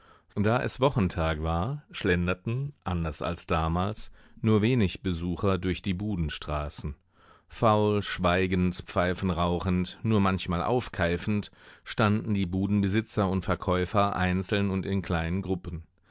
da es wochentag war schlenderten anders als damals nur wenig besucher durch die budenstraßen faul schweigend pfeifenrauchend nur manchmal aufkeifend standen die budenbesitzer und verkäufer einzeln und in kleinen gruppen